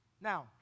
Now